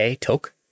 Toke